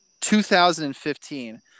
2015